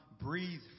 breathe